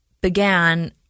began